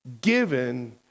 given